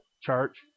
church